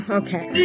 okay